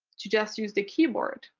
to just use the keyboard,